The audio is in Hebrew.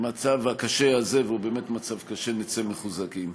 מהמצב הקשה הזה, והוא באמת מצב קשה, נצא מחוזקים.